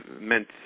meant